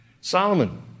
Solomon